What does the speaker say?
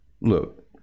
Look